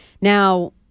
Now